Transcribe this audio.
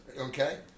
Okay